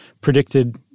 predicted